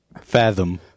Fathom